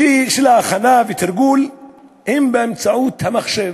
שיש להם הכנה ותרגול באמצעות המחשב.